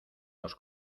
los